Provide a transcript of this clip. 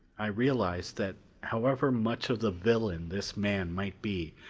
i realized that however much of the villain this man might be,